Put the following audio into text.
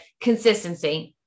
consistency